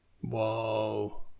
Whoa